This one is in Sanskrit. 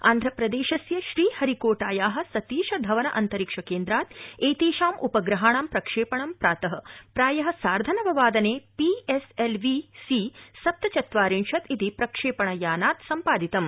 आन्ध्रप्रदृष्तिय श्रीहरिकोटाया सतीश धवन अन्तरिक्षक्व्वित् एतक्ष्मि उपग्रहाणा प्रक्षप्पि प्रात प्राय सार्धनव वादन P S L V C सप्तचत्वारिशत् इति प्रक्षण्णियानात् सम्पादितम्